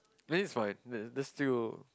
is my still